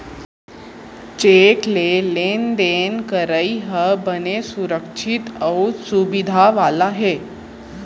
cheque ले लेन देन करई ह बने सुरक्छित अउ सुबिधा वाला हे